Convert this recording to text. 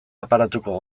aparatuko